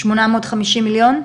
שמונה מאות חמישים מיליון?